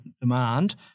demand